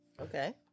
Okay